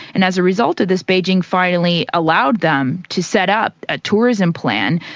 and as a result of this beijing finally allowed them to set up a tourism plan.